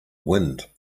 wind